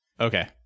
Okay